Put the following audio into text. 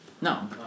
No